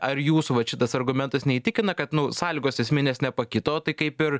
ar jūsų vat šitas argumentas neįtikina kad nu sąlygos esminės nepakito tai kaip ir